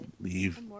leave